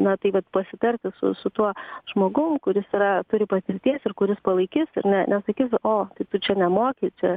na tai vat pasitarti su su tuo žmogum kuris yra turi patirties ir kuris palaikys ir ne nesakys o tu čia nemoki čia